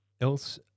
else